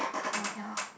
oh cannot